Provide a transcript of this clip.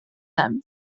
them